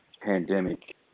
pandemic